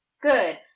good